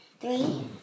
three